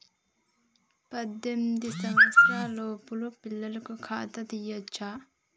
పద్దెనిమిది సంవత్సరాలలోపు పిల్లలకు ఖాతా తీయచ్చా?